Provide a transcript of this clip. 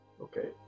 okay